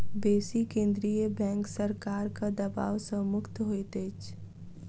बेसी केंद्रीय बैंक सरकारक दबाव सॅ मुक्त होइत अछि